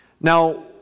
Now